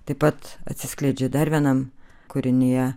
taip pat atsiskleidžia dar vienam kūrinyje